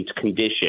condition